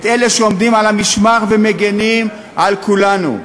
את אלה שעומדים על המשמר ומגינים על כולנו.